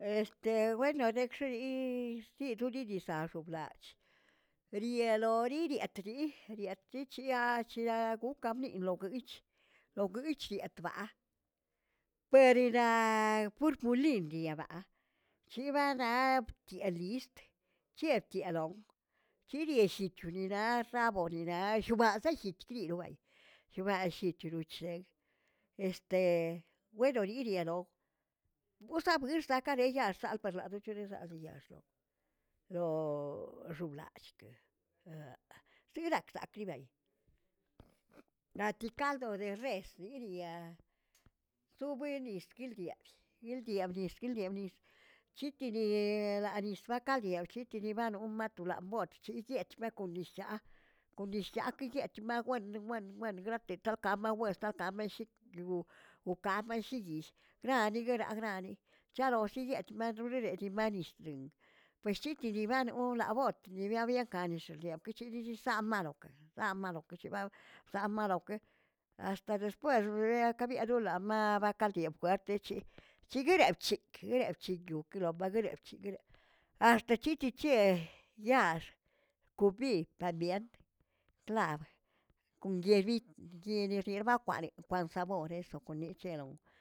Este bueno dekxeyi xchinoninaza xoblach rielori rietli rietli chiria'a chiriaꞌ gokamiꞌi logyich, logyich yetba'a periraꞌ purpulin diyebaꞌa chibazaꞌa btiꞌe list, chiꞌetialon, chirillitorira xaboninaꞌa shubazayet biliꞌiloꞌ baayii shubazallit churichet este weno ririaꞌaloꞌ busabuirsakare yaxal par ladochexixayexoꞌ loo xoblallchkeꞌ tirakzaklibay, naꞌ ti kaldo de res yiribia subuenis kildia' kildiaꞌ bnix kildiaꞌ bnix chikininie lanix ba kaldieꞌ chikini banon matolabot chiꞌiyet ba ko nishcha'a kon nishyaa kiiyet maꞌjwan wanwan grate talkamawe talka meshit wokaꞌmeshiyill gran niyoraꞌa granni chiarox shiyetb matrorireꞌe dii manillding pues chiti dii banolaꞌaboꞌot diibiabie ka nishidie kichididsam malokeꞌe, sam malokeꞌe shibao sam maꞌlaokeꞌe, ax̱taꞌ despuex biekabieꞌ lorammaꞌ ba kaldiꞌeb bkwetechi, chiguerewꞌchik chiguerewꞌ gueokeromaguerew chiguereꞌ ax̱t chichicheꞌe yaax kobi par bierng tlaꞌab kon guierbi guieriguierbakwale kwal saboreꞌ eso konnicheloꞌu.